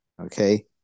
okay